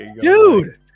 Dude